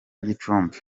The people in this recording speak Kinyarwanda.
gicumbi